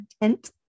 content